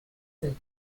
said